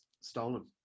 stolen